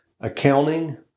accounting